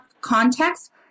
context